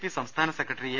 P സംസ്ഥാന secretary A